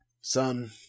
son